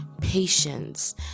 patience